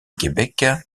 québec